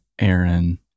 Aaron